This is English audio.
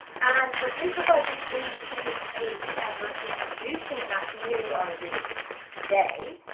and we're improvising in the key of d and we're introducing that new idea to today,